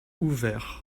ouvert